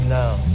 now